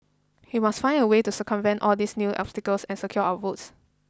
he must find a way to circumvent all these new obstacles and secure our votes